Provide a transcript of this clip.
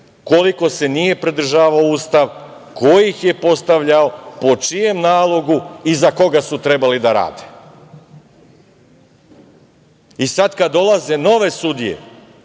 koliko se nije pridržavalo Ustava, ko ih je postavljao, po čijem nalogu i za koga su trebali da rade. I, sad kad dolazenove sudije,